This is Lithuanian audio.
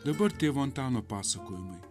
dabar tėvo antano pasakojimai